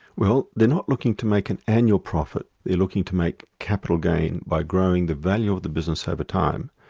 well they're not looking to make an annual profit, they're looking to make capital gain by growing the value of the business over time,